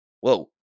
whoa